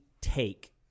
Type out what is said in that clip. take